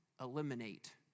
eliminate